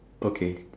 okay